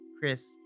Chris